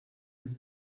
his